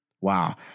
Wow